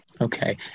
Okay